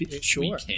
Sure